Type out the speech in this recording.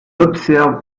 observe